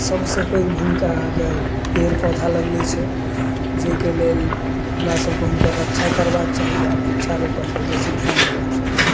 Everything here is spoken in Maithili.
सबसे पैघ भूमिका अहाँके पेड़ पौधा लगबै छै जाहिके लेल हमरा सबके हुनकर रक्षा करबाक चाही आब रिक्षा रोपण पर बेसी ध्यान देबाक चाही